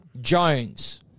Jones